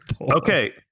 Okay